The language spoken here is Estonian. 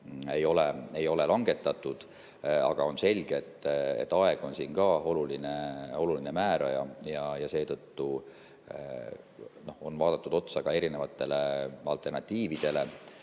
ei ole langetatud. Aga on selge, et aeg on siin ka oluline määraja. Seetõttu on vaadatud otsa ka alternatiividele,